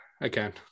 again